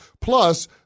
Plus